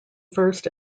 first